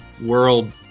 world